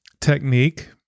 technique